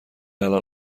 الان